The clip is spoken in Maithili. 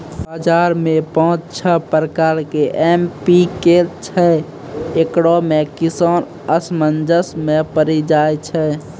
बाजार मे पाँच छह प्रकार के एम.पी.के छैय, इकरो मे किसान असमंजस मे पड़ी जाय छैय?